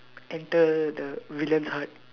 enter the villian's heart